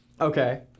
Okay